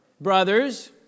brothers